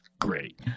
great